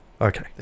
Okay